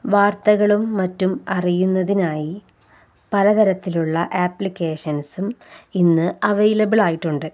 വാർത്തകളും മറ്റും അറിയുന്നതിനായി പലതരത്തിലുള്ള ആപ്ലിക്കേഷൻസും ഇന്ന് അവെയ്ലബിളായിട്ടുണ്ട്